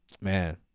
Man